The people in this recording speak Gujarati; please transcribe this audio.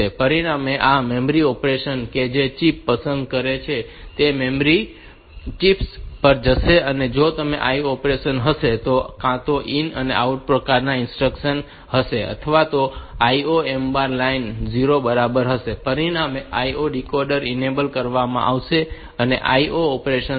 પરિણામે આ મેમરી ઑપરેશન કે જે ચિપ પસંદ કરે છે તે મેમરી ચિપ્સ પર જશે અને જો તે IO ઑપરેશન હશે તો આ કાં તો IN OUT પ્રકારની ઇન્સ્ટ્રક્શન્સ હશે અથવા તો IOMbar લાઇન 1 ની બરાબર હશે પરિણામે આ IO ડીકોડર ઇનેબલ કરવામાં આવશે અને IO ઓપરેશન્સ થશે